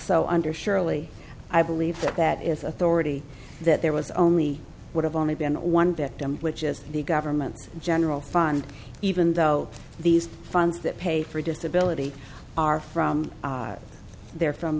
so under surely i believe that that is authority that there was only would have only been one victim which is the government's general fund even though these funds that pay for disability are from their from